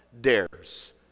dares